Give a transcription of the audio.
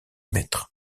mètres